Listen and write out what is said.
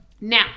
Now